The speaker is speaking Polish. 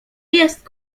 jest